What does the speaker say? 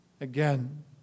again